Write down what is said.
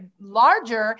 Larger